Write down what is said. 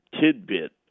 tidbit